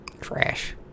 Trash